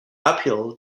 uphill